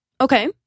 Okay